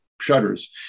shutters